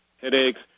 headaches